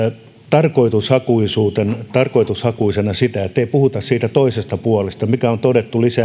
tarkoitushakuisena tarkoitushakuisena sitä että ei puhuta siitä toisesta puolesta joka on todettu